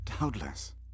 Doubtless